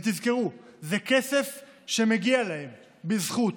ותזכרו, זה כסף שמגיע להם בזכות